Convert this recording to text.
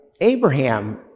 Abraham